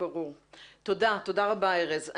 תודה רבה ארז.